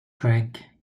track